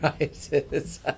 Rises